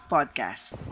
Podcast